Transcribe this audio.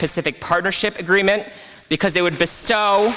pacific partnership agreement because they would